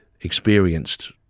experienced